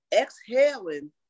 exhaling